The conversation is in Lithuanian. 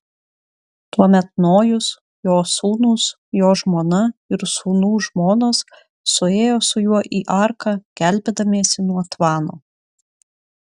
tuomet nojus jo sūnūs jo žmona ir sūnų žmonos suėjo su juo į arką gelbėdamiesi nuo tvano